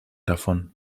davon